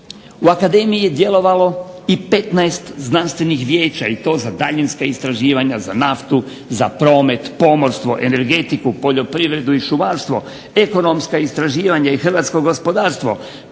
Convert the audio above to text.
U akademiji je djelovalo i 15 znanstvenih vijeća i to za daljinska istraživanja, za naftu, za promet, pomorstvo, energetiku, poljoprivredu i šumarstvo, ekonomska istraživanja i hrvatsko gospodarstvo,